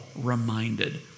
reminded